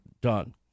done